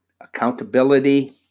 accountability